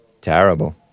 Terrible